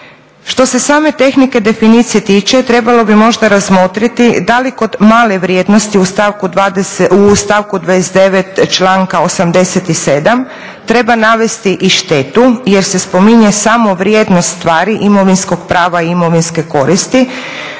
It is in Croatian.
Što se same tehnike definicije tiče, trebalo bi možda razmotriti da li kod male vrijednosti u stavku 29. članka 87. treba navesti i štetu jer se spominje samo vrijednost stvari imovinskog prava i imovinske koristi,